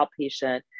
outpatient